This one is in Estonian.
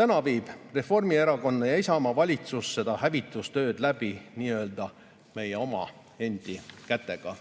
Täna viib Reformierakonna ja Isamaa valitsus seda hävitustööd läbi meie omaenda kätega.